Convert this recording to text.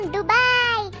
Dubai